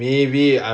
ya